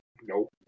nope